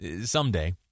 Someday